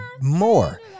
more